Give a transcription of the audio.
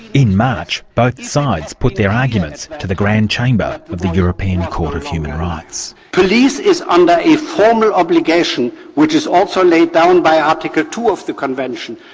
in march, both sides put their arguments to the grand chamber of the european court of human rights. police is under and a formal obligation which is also laid down by article two of the convention,